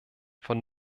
von